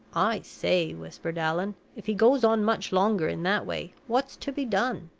i say, whispered allan, if he goes on much longer in that way, what's to be done?